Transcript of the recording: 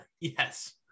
yes